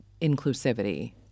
inclusivity